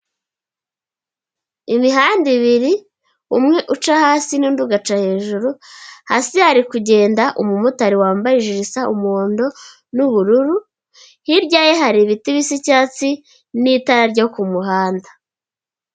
Imihanda ibiri umwe uca hasi'ndi ugaca hejuru, hasi hari kugenda umumotari wambaye ijire isa umuhondo n'ubururu, hirya ye hari ibiti bisa icyatsi n'itara ryo ku muhanda.